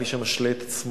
אם מישהו משלה את עצמו.